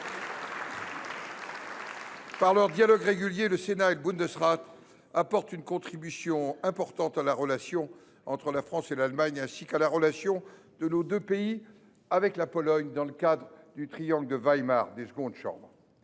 Par leur dialogue régulier, le Sénat et le Bundesrat apportent une contribution importante à la relation entre la France et l’Allemagne, ainsi qu’au lien de nos deux pays avec la Pologne dans le cadre du triangle de Weimar des secondes chambres.